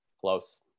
Close